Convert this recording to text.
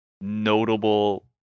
notable